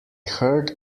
heard